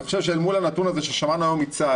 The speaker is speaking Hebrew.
אני חושב שאל מול הנתון הזה ששמענו היום מצה"ל